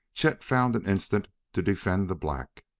chet found an instant to defend the black.